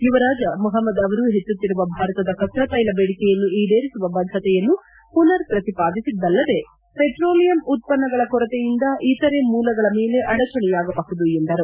ಯುವರಾಜ ಮೊಹಮದ್ ಅವರು ಹೆಚ್ಚುತ್ತಿರುವ ಭಾರತದ ಕಚ್ಚಾತ್ವೆಲ ಬೇಡಿಕೆಯನ್ನು ಈಡೇರಿಸುವ ಬದ್ದತೆಯನ್ನು ಪುನರ್ ಪ್ರತಿಪಾದಿಸಿದ್ದಲ್ಲದೆ ಪೆಟ್ರೋಲಿಯಂ ಉತ್ಪನ್ನಗಳ ಕೊರತೆಯಿಂದ ಇತರೆ ಮೂಲಗಳ ಮೇಲೆ ಅಡಚಣೆಯಾಗಬಹುದು ಎಂದರು